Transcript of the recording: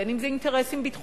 בין אם זה אינטרסים ביטחוניים,